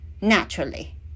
naturally